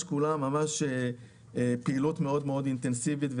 עם כולם הייתה לנו פעילות אינטנסיבית,